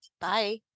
Bye